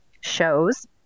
shows